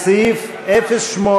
ההסתייגויות לסעיף 08,